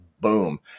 boom